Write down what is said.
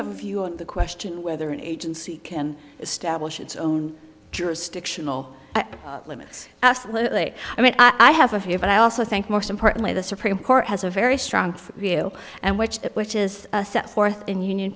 have a view on the question whether an agency can establish its own jurisdictional limits absolutely i mean i have a view but i also think most importantly the supreme court has a very strong view and which which is set forth in union